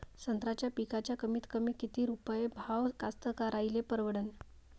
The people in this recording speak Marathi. संत्र्याचा पिकाचा कमीतकमी किती रुपये भाव कास्तकाराइले परवडन?